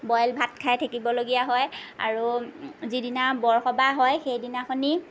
boil ভাত খাই থাকিবলগীয়া হয় আৰু যিদিনা বৰসবাহ হয় সেইদিনাখনি